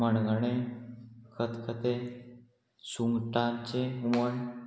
मणगणें खतखतें सुंगटांचें हुमण